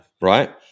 Right